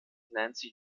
nancy